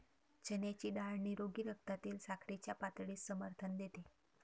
चण्याची डाळ निरोगी रक्तातील साखरेच्या पातळीस समर्थन देते